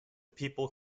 people